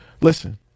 Listen